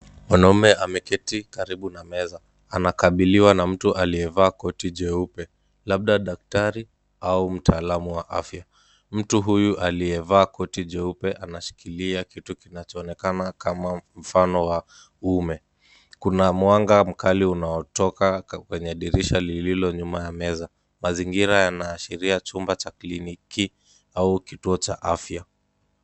Mwanamme ameketi karibu na meza anakabiliwa na mtu aliyevaa koti jeupe, labda daktari au mutaalamu wa afya , mtu huyu aliyevaa koti jeupe anashikilia kitu kinachoonekana kama mfano wa umme ,kuna ma mwanga mkali unaotoka kwenye dirisha lililo nyuma ya meza ,mazingira yanaashiria chumba cha kliniki ama kituo cha afya.